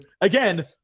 again